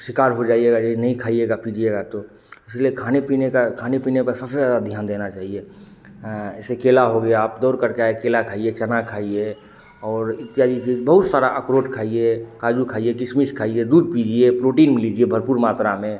शिकार हो जाइएगा नहीं खाइएगा पीजिएगा तो इसीलिए खाने पीने का खाने पीने पर सबसे ज़्यादा ध्यान देना चाहिए जैसे केला हो गया आप दौड़ करके आए केला खाइए चना खाइए और चेरी चीज़ बहुत सारी अख़रोट खाइए काजू खाइए किशमिश खाइए दूध पीजिए प्रोटीन लीजिए भरपूर मात्रा में